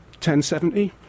1070